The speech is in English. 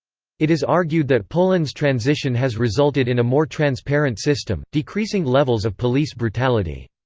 it is argued that poland's transition has resulted in a more transparent system, decreasing levels of police brutality.